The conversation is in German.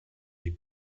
die